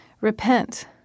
Repent